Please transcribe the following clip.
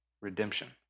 redemption